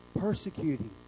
persecuting